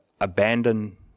abandon